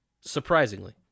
surprisingly